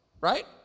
right